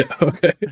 okay